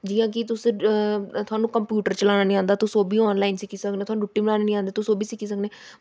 जि'यां कि थोआनू कंप्यूटर चलाना निं आंदा तुस ओह् बी आनलाइन सिक्खी सकने थोआनू रुट्टी बनानी निं औंदी तुस ओह्बी सिक्खी सकने